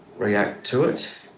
react to it